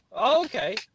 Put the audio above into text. Okay